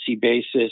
basis